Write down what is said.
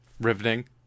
riveting